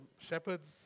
shepherds